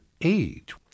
age